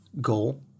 goal